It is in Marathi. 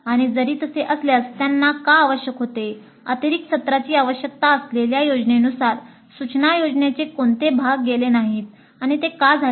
आणि जरी तसे असल्यास त्यांना का आवश्यक होते अतिरिक्त सत्राची आवश्यकता असलेल्या योजनेनुसार सूचना योजनेचे कोणते भाग गेले नाहीत आणि ते का झाले